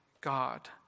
God